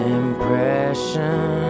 impression